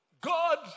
God